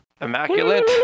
Immaculate